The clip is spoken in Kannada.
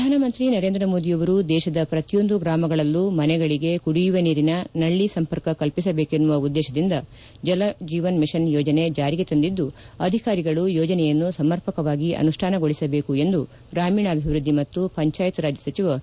ಪ್ರಧಾನಮಂತ್ರಿ ನರೇಂದ್ರ ಮೋದಿಯವರು ದೇಶದ ಪ್ರತಿಯೊಂದು ಗ್ರಾಮಗಳಲ್ಲೂ ಮನೆಗಳಿಗೆ ಕುಡಿಯುವ ನೀರಿನ ನಲ್ಲಿ ಸಂಪರ್ಕ ಕಲ್ಪಿಸಬೇಕೆನ್ನುವ ಉದ್ದೇಶದಿಂದ ಜಲ ಜೀವನ್ ಮಿಷನ್ ಯೋಜನೆ ಜಾರಿಗೆ ತಂದಿದ್ದು ಅಧಿಕಾರಿಗಳು ಯೋಜನೆಯನ್ನು ಸಮರ್ಪಕವಾಗಿ ಅನುಷ್ಠಾನಗೊಳಿಸಬೇಕೆಂದು ಗ್ರಾಮೀಣಾಭಿವೃದ್ದಿ ಮತ್ತು ಪಂಚಾಯತ್ರಾಜ್ ಸಚಿವ ಕೆ